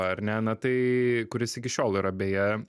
ar ne na tai kuris iki šiol yra beje